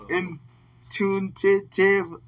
intuitive